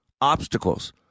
Obstacles